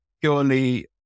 purely